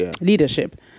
leadership